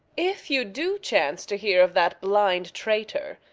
if you do chance to hear of that blind traitor,